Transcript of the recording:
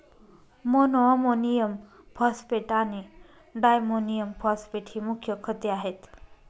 monoammonium phosphate आणि diammonium phosphate ही मुख्य खते आहेत